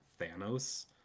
Thanos